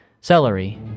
celery